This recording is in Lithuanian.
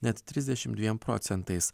net trisdešim dviem procentais